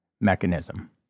mechanism